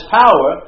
power